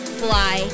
fly